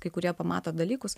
kai kurie pamato dalykus